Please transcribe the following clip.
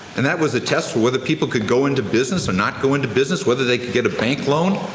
and that was a test for whether people could go into business or not go into business whether they can get a bank loan.